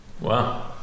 Wow